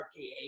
RKA